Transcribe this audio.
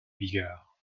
vigueur